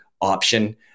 option